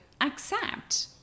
accept